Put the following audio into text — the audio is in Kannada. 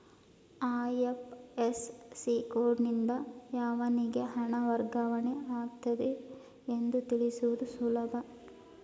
ಐ.ಎಫ್.ಎಸ್.ಸಿ ಕೋಡ್ನಿಂದ ಯಾವನಿಗೆ ಹಣ ವರ್ಗಾವಣೆ ಆಗುತ್ತಿದೆ ಎಂದು ತಿಳಿಸುವುದು ಸುಲಭ